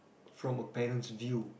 from a parent's view